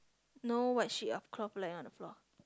no white sheet of cloth lying on the floor